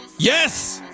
YES